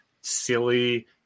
silly